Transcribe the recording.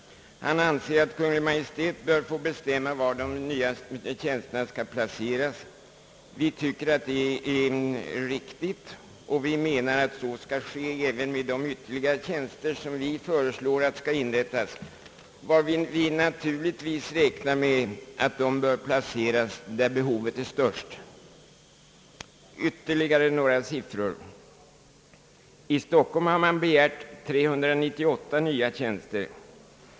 Han anser att Kungl. Maj:t bör få bestämma var de nya tjänsterna skall placeras. Vi tycker det är riktigt. Vi menar att så skall ske även med de ytterligare tjänster som vi föreslår inrättade, varvid vi naturligtvis räknar med att de bör placeras där behovet är störst. Jag vill anföra ytterligare några siff ror. I Stockholm har man begärt 398 nya tjänster.